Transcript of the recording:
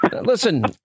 Listen